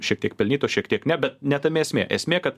šiek tiek pelnytos šiek tiek ne bet ne tame esmė esmė kad